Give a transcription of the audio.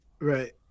Right